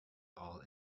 all